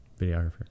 videographer